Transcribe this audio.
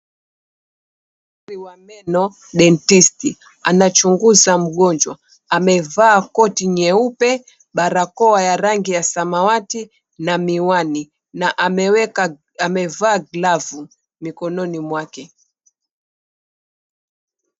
Daktari wa meno, dentisti , anachunguza mgonjwa amevaa koti nyeupe, barakoa ya rangi ya samawati na miwani na amevaa glavu mikononi mwake .